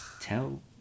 Tell